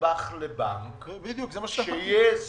נדבך לבנק כך